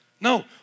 No